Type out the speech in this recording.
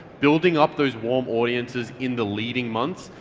building up those warm audiences in the leading months,